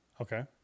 Okay